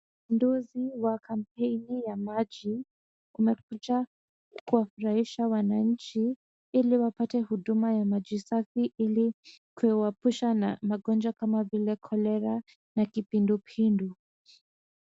Uzinduzi wa kampeni ya maji umekuja kuwafurahisha wananchi ili wapate huduma ya maji safi ili kuwaepusha na magonjwa kama vile; cholera na kupindupindu.